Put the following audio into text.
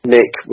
Nick